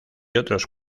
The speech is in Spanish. otros